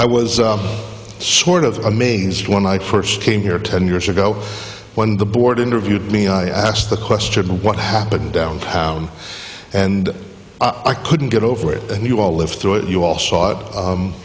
i was sort of amazed when i first came here ten years ago when the board interviewed me i asked the question what happened downtown and i couldn't get over it and you all lived through it you al